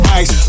ice